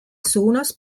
suunas